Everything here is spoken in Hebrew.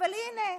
אבל הינה,